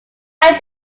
hand